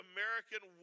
American